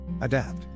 Adapt